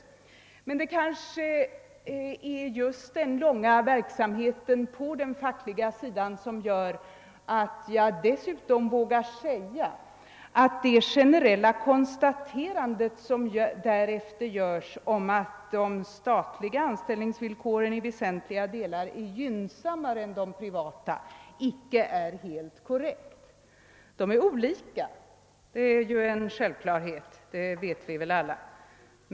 Det är emellertid kanske just denna långa verksamhet på det fackliga området som gör att jag dessutom vågar säga att det generella konstaterande, vilket statsrådet därefter gör, om att de statliga anställningsvillkoren i väsentliga delar är gynnsammare än de privata icke är helt korrekt. De är olika; det är en självklarhet, och det vet vi nog alla.